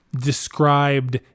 described